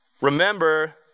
Remember